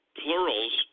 plurals